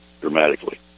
dramatically